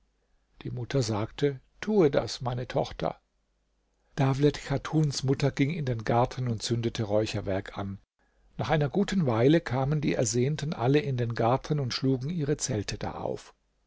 die mutter sagte tue das meine tochter dawlet chatuns mutter ging in den garten und zündete räucherwerk an nach einer guten weile kamen die ersehnten alle in den garten und schlugen ihre zelte da auf